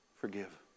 Forgive